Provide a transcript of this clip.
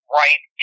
right